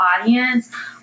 audience